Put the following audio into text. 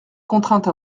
contrainte